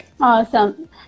Awesome